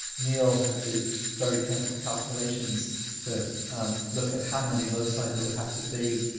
neil had these very careful calculations to look at how many loci there would have to be